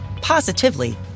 positively